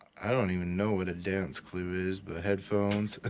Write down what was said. i don't even know what a dance clue is but headphones, ah